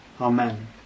Amen